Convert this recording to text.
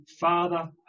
father